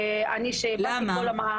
למה?